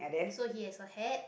so he has a hat